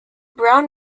brown